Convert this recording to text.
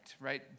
right